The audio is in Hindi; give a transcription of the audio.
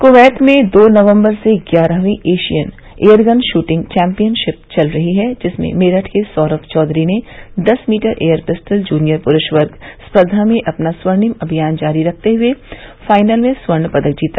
कुवैत में दो नवम्बर से ग्यारहवीं एशियन एयरगन शूटिंग चैम्पियनशिप चल रही है जिसमें मेरठ के सौरम चौधरी ने दस मीटर एयर पिस्टल जूनियर पुरूष वर्ग स्पर्धा में अपना स्वर्णिम अभियान जारी रखते हुए फाइनल में स्वर्ण पदक जीता